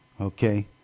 Okay